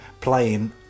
playing